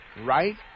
right